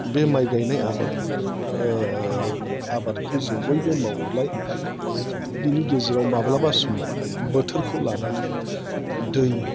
बे माइ गायनाय आबाद आबादखौ जों बयबो मावोबालाय बिनि गेजेराव माब्लाबा समाव बोथोरखौ लानानै दै